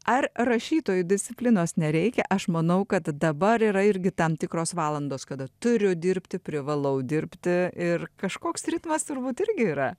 ar rašytojui disciplinos nereikia aš manau kad dabar yra irgi tam tikros valandos kada turiu dirbti privalau dirbti ir kažkoks ritmas turbūt irgi yra